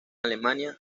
alemania